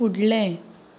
फुडलें